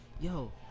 yo